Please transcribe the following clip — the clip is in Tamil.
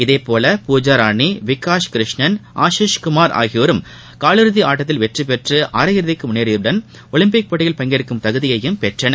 இதேபோல பூஜா ராணி விகாஷ் கிருஷ்ண ஆசீஷ் குமார் ஆகியோரும் கால் இறுதி ஆட்டத்தில் வெற்றி பெற்று அரையிறுதிக்கு முன்னேறியதுடன் ஒலிம்பிக் போட்டியில் பங்கேற்கும் தகுதியையும் பெற்றனர்